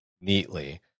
neatly